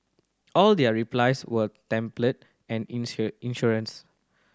all their replies were templates and insincere